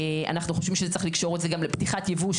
אנחנו חושבים שצריך לקשור את זה גם לפתיחת יבוא,